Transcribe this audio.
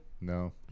No